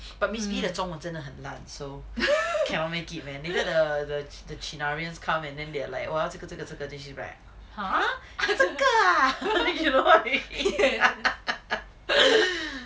but miss B 的中文真的很烂 so cannot make it man you know the the chinarians come and then they are like 我要这个这个这个 then she was like !huh! 这个 ah think she don't know what they speaking